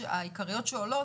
העיקריות שעולות,